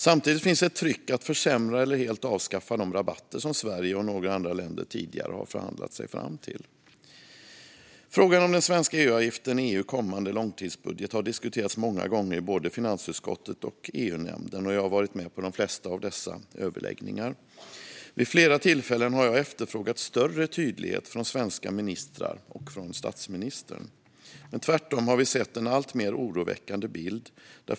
Samtidigt finns också ett tryck att försämra eller helt avskaffa de rabatter som Sverige och några andra länder tidigare har förhandlat sig fram till. Den svenska EU-avgiften i EU:s kommande långtidsbudget har diskuterats många gånger i både finansutskottet och EU-nämnden. Jag har varit med på de flesta av dessa överläggningar. Vid flera tillfällen har jag efterfrågat större tydlighet från svenska ministrar och från statsministern. Men vi har tvärtom sett en alltmer oroväckande bild.